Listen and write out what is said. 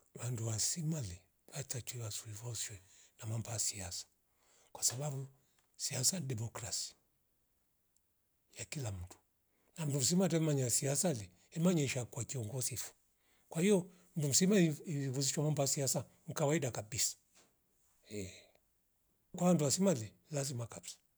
Vandu wasimale wachachuya wasiwe voshwe na mambo ya siasa kwasababu siasa ni demokrasi ya kila mndu na mnduli vsima hata manye siasa le imanyesha kuwa kingozi fo kwa hiyo ndumsiva ivu- ivuvishwa ba siasa ni kawaida ehh kwa andu asimale lazima kabisa